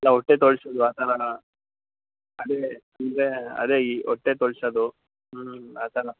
ಅಲ್ಲ ಹೊಟ್ಟೆ ತೊಳೆಸೋದು ಆ ಥರವಾ ಅದೇ ಅಂದರೆ ಅದೇ ಈ ಹೊಟ್ಟೆ ತೊಳೆಸೋದು ಹ್ಞೂ ಅದಲ್ಲ